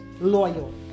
loyal